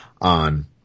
on